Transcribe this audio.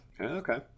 Okay